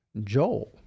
Joel